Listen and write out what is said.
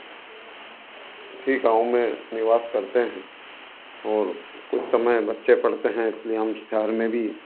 इसी गाँव में निवास करते हैं और कुछ समय बच्चे पढ़ते हैं इसलिए हम शहर में भी